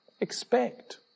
expect